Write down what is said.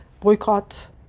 boycott